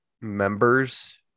members